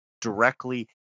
directly